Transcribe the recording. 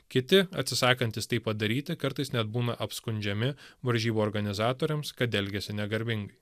kiti atsisakantys tai padaryti kartais net būna apskundžiami varžybų organizatoriams kad elgiasi negarbingai